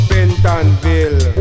Pentonville